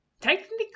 Technically